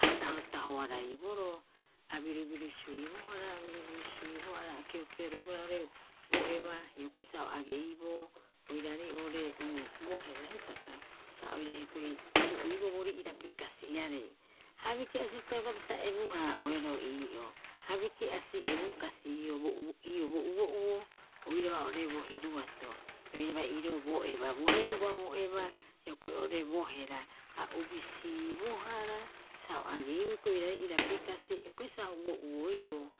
A tahotahoaraiboroo a birubirusuibohara- a birubirusuibohara a keokeoroibohara oo'ore bo eba hioko'i sa ageiboo oiraarei oo'ore uu bo hera hitaka sa oira hioko'i tu'uiboo boorii irapi kasiarei. Ha biki'asipita roga'a pita ebu- haa'oeroo ii'oo ha biki'asi ebukasi ii'oo bo uo- ii'oo bo uo'uo oiraba oo'ore bo hiruato roiraba iiroo bo eba. Bo heruba bo eba hioko'e oo'ore bo hera a ubisiibohara sa o a geiboo hioko'i oiraarei irapi kasi hioko'i sa o uo'uoiboo